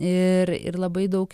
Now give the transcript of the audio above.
ir ir labai daug